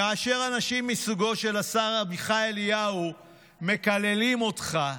כאשר אנשים מסוגו של השר עמיחי אליהו מקללים אותך,